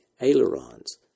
ailerons